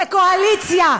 כקואליציה.